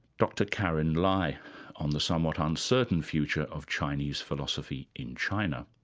dr karyn lai on the somewhat uncertain future of chinese philosophy in china.